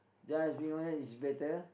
just be honest is better